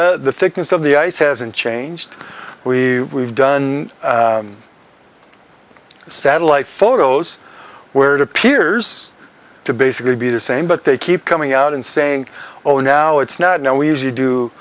that the thickness of the ice hasn't changed we done satellite photos where it appears to basically be the same but they keep coming out and saying oh now it's not now we usually do